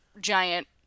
giant